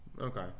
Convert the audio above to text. Okay